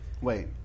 Wait